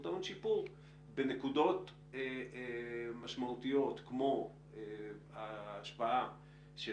והוא טעון שיפור בנקודות משמעותיות כמו ההשפעה של